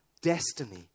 destiny